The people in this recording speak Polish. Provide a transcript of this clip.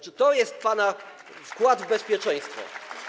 Czy to jest pana wkład w bezpieczeństwo?